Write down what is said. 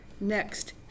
Next